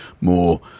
more